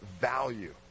value